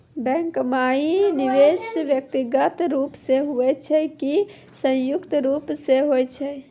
Bank माई निवेश व्यक्तिगत रूप से हुए छै की संयुक्त रूप से होय छै?